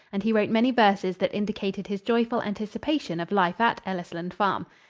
and he wrote many verses that indicated his joyful anticipation of life at ellisland farm.